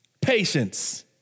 patience